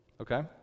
Okay